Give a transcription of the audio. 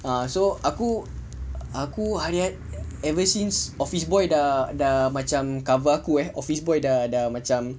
ah so aku aku hari ever since office boy dah dah macam cover aku eh office boy dah dah macam